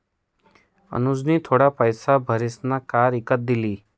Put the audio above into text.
अनुजनी थोडा पैसा भारीसन कार इकत लिदी